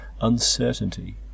uncertainty